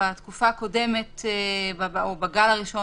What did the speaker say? המשרד לחיזוק ולקידום קהילתי או רשות מקומית או בידי מי מטעמם,